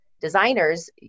designers